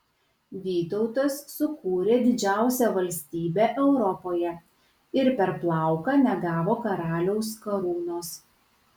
vytautas sukūrė didžiausią valstybę europoje ir per plauką negavo karaliaus karūnos